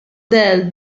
del